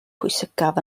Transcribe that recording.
pwysicaf